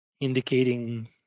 indicating